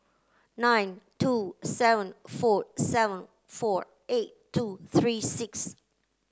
nine two seven four seven four eight two three six